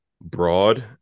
Broad